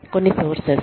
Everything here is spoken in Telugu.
కొన్నిసోర్సెస్